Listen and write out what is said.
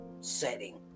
setting